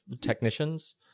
technicians